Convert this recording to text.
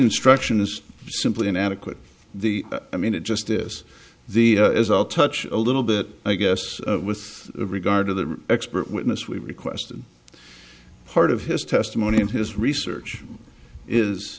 instruction is simply an adequate the i mean it just this the as i'll touch a little bit i guess with regard to the expert witness we requested part of his testimony in his research